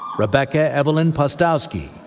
rebecca evelyn postowski,